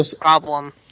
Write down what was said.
problem